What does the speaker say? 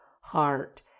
heart